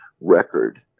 record